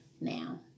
now